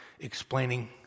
explaining